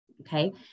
Okay